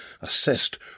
assessed